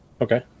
Okay